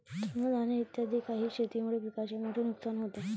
तृणधानी इत्यादी काही शेतीमुळे पिकाचे मोठे नुकसान होते